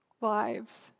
lives